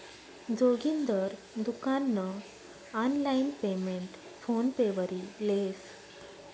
जोगिंदर दुकान नं online payment PhonePe वरी लेस